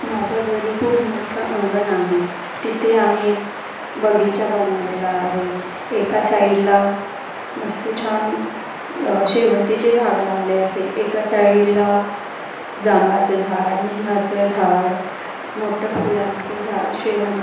माझ्या घरी खूप मोठ्ठं अंगण आहे तिथे आम्ही बगीचा बनवलेला आहे एका साईडला मस्त छान शेवंतीचे झाडं लावले आहे एका साईडला जांबाचं झाड निंबाचं झाड मोठं फुलांचं झाड शेवं